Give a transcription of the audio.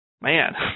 man